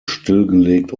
stillgelegt